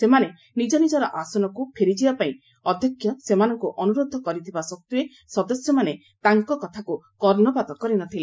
ସେମାନେ ନିଜ ନିଜର ଆସନକୁ ଫେରିଯିବାପାଇଁ ଅଧ୍ୟକ୍ଷ ସେମାନଙ୍କୁ ଅନୁରୋଧ କରିଥିବା ସତ୍ତ୍ୱେ ସଦସ୍ୟମାନେ ତାଙ୍କ କଥାକୁ କର୍ଷପାତ କରି ନ ଥିଲେ